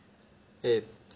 he